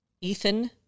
Ethan